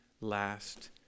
last